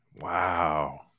Wow